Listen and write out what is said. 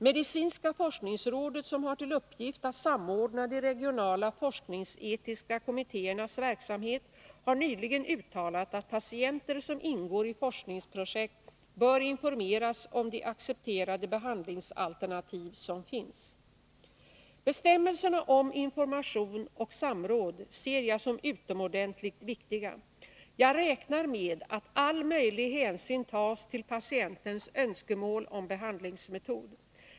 Medicinska forskningsrådet som har till uppgift att samordna de regionala forskningsetiska kommittéernas verksamhet har nyligen uttalat att patienter som ingår i forskningsprojekt bör informeras om de accepterade behandlingsalternativ som finns. Bestämmelserna om information och samråd ser jag som utomordentligt viktiga. Jag räknar med att all möjlig hänsyn tas till patientens önskemål om behandlingsmetod.